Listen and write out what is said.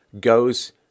goes